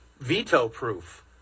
veto-proof